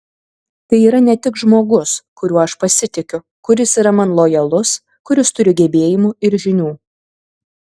tai yra ne tik žmogus kuriuo aš pasitikiu kuris yra man lojalus kuris turi gebėjimų ir žinių